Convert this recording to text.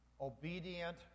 Obedient